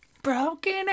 Broken